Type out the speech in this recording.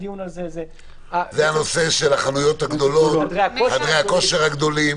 זה הנושא של החנויות הגדולות, חדרי הכושר הגדולים.